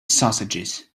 sausages